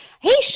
Hey